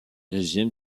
régime